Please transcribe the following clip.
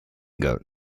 goat